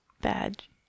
Badge